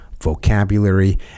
vocabulary